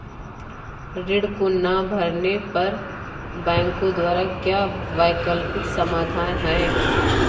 ऋण को ना भरने पर बैंकों द्वारा क्या वैकल्पिक समाधान हैं?